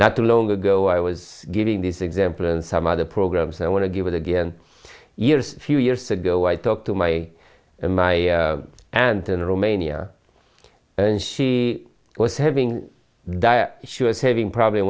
not to long ago i was giving this example and some other programs i want to give it again years few years ago i talked to my and my aunt in romania and she was having died she was having problems